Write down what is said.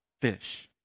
fish